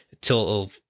till